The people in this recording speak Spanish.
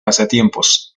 pasatiempos